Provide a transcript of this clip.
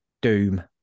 doom